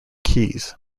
keys